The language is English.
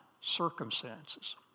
circumstances